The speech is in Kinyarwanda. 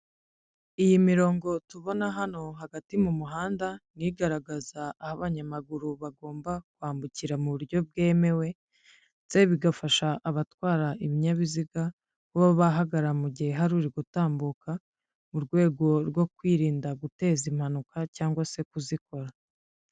Iyi mirongo tubona hano hagati mu muhanda ni igaragaza aho abanyamaguru bagomba kwambukira mu buryo bwemewe, ndetse bigafasha abatwara ibinyabiziga, kuba bahagarara mu gihe hari uri gutambuka mu rwego rwo kwirinda guteza impanuka cyangwa se kuzikora.